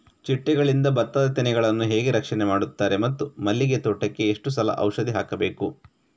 ಚಿಟ್ಟೆಗಳಿಂದ ಭತ್ತದ ತೆನೆಗಳನ್ನು ಹೇಗೆ ರಕ್ಷಣೆ ಮಾಡುತ್ತಾರೆ ಮತ್ತು ಮಲ್ಲಿಗೆ ತೋಟಕ್ಕೆ ಎಷ್ಟು ಸಲ ಔಷಧಿ ಹಾಕಬೇಕು?